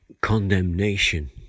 condemnation